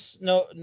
no